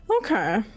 okay